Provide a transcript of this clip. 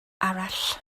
arall